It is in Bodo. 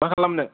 मा खालामनो